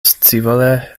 scivole